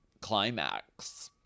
climax